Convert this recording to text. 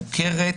מוכרת,